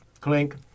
Clink